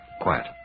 Quiet